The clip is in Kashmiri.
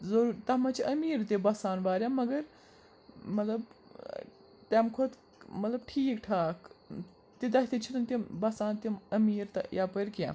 ضُروٗر تَتھ منٛز چھِ أمیٖر تہِ بَسان واریاہ مگر مطلب ٲں تَمہِ کھۄتہٕ مطلب ٹھیٖک ٹھاکھ تیٖتایہ تہِ چھِنہٕ تِم بَسان تِم أمیٖر یَپٲرۍ کیٚنٛہہ